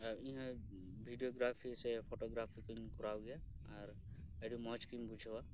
ᱟᱨ ᱤᱧ ᱦᱚᱸ videography ᱥᱮ ᱯᱷᱳᱴᱳ ᱜᱨᱟᱯᱷᱤ ᱠᱚᱧ ᱠᱚᱨᱟᱣ ᱜᱮᱭᱟ ᱟᱨ ᱟᱰᱤ ᱢᱚᱸᱡᱽ ᱜᱮᱧ ᱵᱩᱡᱷᱟᱹᱣᱟ